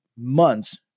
months